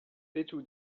petu